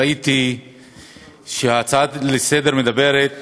ראיתי שההצעה לסדר-היום מדברת